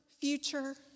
future